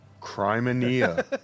Crimea